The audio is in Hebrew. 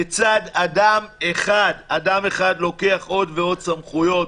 כיצד אדם אחד, אדם אחד לוקח עוד ועוד סמכויות.